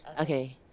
Okay